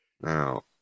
Now